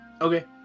Okay